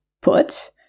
put